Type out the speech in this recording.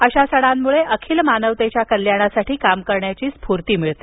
अशा सणांमुळे अखिल मानवतेच्या कल्याणासाठी काम करण्याची स्फूर्ती मिळते